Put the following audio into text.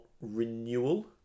renewal